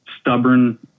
stubborn